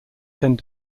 tend